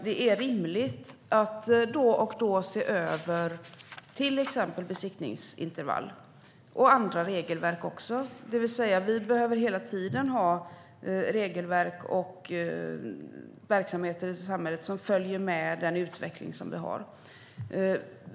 Det är rimligt att då och då se över till exempel besiktningsintervall och andra regelverk. Vi behöver hela tiden ha regelverk och verksamheter i samhället som följer med den utveckling som vi har.